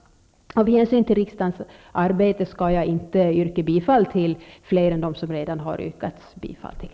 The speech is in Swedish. Av hänsyn till riksdagens arbete skall jag inte yrka bifall till fler reservationer än till dem som det redan har yrkats bifall till.